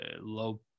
low